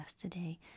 today